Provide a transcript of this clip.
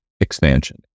expansion